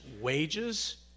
wages